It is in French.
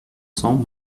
cents